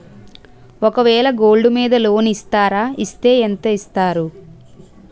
ఒక వేల గోల్డ్ మీద లోన్ ఇస్తారా? ఇస్తే ఎంత ఇస్తారు?